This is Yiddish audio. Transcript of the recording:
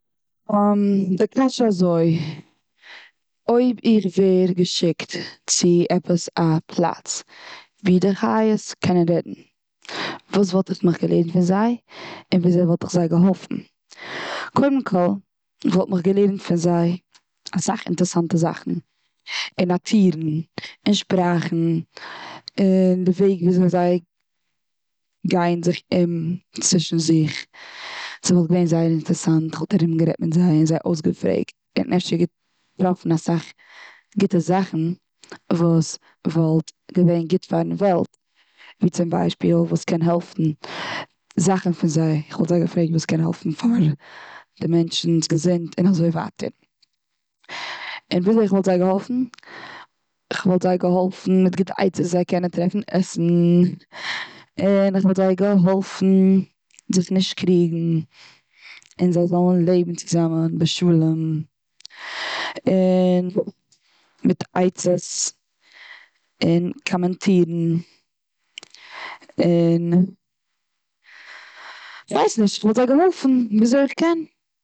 די קשיא איז אזוי. אויב איך ווער געשיקט צו עפעס א פלאץ ווי די חיות קענען רעדן וואס וואלט איך מיך געלערנט פון זיי? און וויאזוי וואלט איך זיי געהאלפן? קודם כל כ'וואלט מיך געלערנט פון זיי אסאך אינטערסאנטע זאכן, און נאטירן, און שפראכן. אין די וועג וויאזוי זיי גייען זיך אום צווישן זיך. ס'וואלט געווען זייער אינטערסאנט. כ'וואלט ארום גערעדט מיט זיי, זיי אויסגעפרעגט. און אפשר געטראפן אסאך גוטע זאכן וואס וואלט געווען גוט פארן וועלט. ווי צום ביישפיל וואס קען העלפן, זאכן פון זיי. כ'וואלט זיי געפרעגט וואס קען העלפן פאר די מענטשנס געזונט. און אזוי ווייטער. און וויאזוי כ'וואלט זיי געהאלפן? כ'וואלט זיי געהאלפן, מיט גוטע עצות וויאזוי זיי קענען טרעפן עסן. און כ'וואלט זיי געהאלפן זיך נישט קריגן. און זיי זאלן לעבן צוזאמען בשלום. און, מיט עצות, און קאמענטירן. און, כ'ווייס נישט כ'וואלט זיי געהאלפן וויאזוי כ'קען.